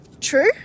True